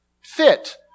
fit